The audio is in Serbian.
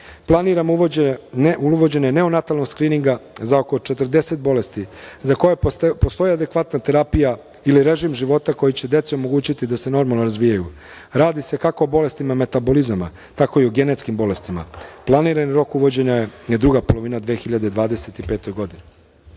Planiramo uvođenje neonatalnog skrininga za oko 40 bolesti za koje postoji adekvatna terapija ili režim života koji će deci omogućiti da se normalno razvijaju. Radi se kako o bolestima metabolizama, tako i o genetskim bolestima. Planirani rok uvođenja je druga polovina 2025. godine. Pitanje